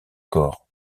corps